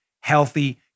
healthy